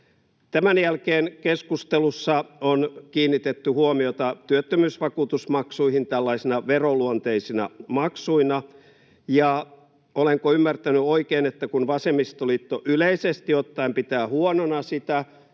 Tämän jälkeen keskustelussa on kiinnitetty huomiota työttömyysvakuutusmaksuihin tällaisina veroluonteisina maksuina, ja olenko ymmärtänyt oikein, että kun vasemmistoliitto yleisesti ottaen pitää huonona sitä,